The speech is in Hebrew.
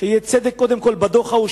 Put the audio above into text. שיהיה צדק קודם כול בדוח ההוא,